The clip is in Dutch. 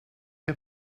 heb